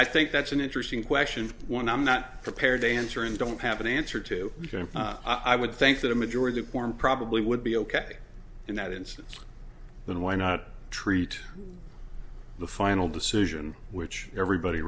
i think that's an interesting question one i'm not prepared to answer and don't have an answer to i would think that a majority form probably would be ok in that instance then why not treat the final decision which everybody